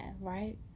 right